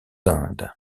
indes